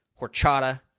horchata